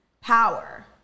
power